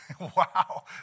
Wow